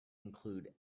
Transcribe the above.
include